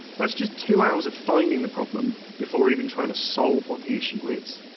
that's just two hours of finding the problem before even trying to solve what the issue is.